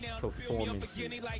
performances